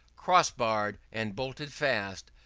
cross-barr'd, and bolted fast,